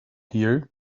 here